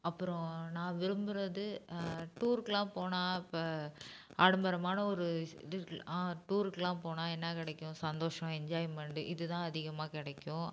அப்புறம் நான் விரும்புறது டூருக்குலாம் போனால் இப்போ ஆடம்பரமான ஒரு ஸ் இது இருக்குல்ல டூருக்குலாம் போனால் என்ன கிடைக்கும் சந்தோஷம் என்ஜாய்மெண்டு இது தான் அதிகமாக கிடைக்கும்